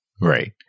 Right